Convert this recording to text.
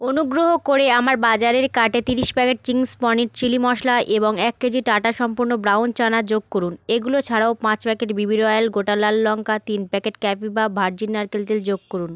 অনুগ্রহ করে আমার বাজারের কার্টে তিরিশ packet Chings paneer chilli masala এবং এক কেজি টাটা সম্পন্ন ব্রাউন চানা যোগ করুন এগুলো ছাড়াও পাঁচ প্যাকেট বিবি রয়াল গোটা লাল লঙ্কা তিন প্যাকেট ক্যাপিভা ভার্জিন নারকেল তেল যোগ করুন